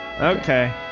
Okay